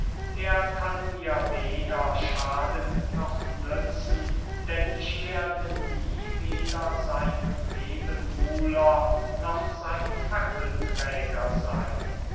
er kann mir weder schaden noch nützen denn ich werde nie weder sein nebenbuhler noch sein fackelträger seyn